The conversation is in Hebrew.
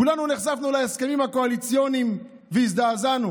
כולנו נחשפנו להסכמים הקואליציוניים והזדעזענו.